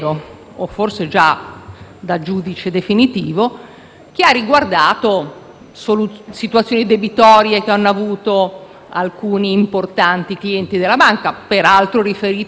situazioni debitorie che hanno avuto alcuni importanti clienti della banca, peraltro riferita ad una relazione della Banca d'Italia di due anni fa, laddove alcune di queste situazioni si erano già risolte.